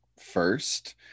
first